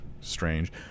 strange